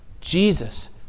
Jesus